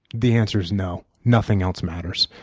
the answer is no, nothing else matters.